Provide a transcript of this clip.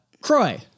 Croy